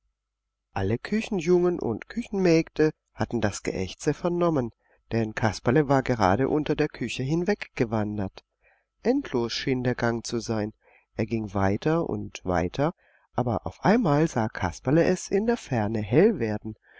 alle küchenjungen und küchenmägde hatten das geächze vernommen denn kasperle war gerade unter der küche hinweg gewandert endlos schien der gang zu sein er ging weiter und weiter aber auf einmal sah kasperle es in der ferne hell werden